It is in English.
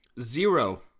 Zero